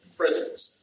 prejudice